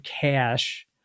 cash